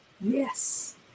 Yes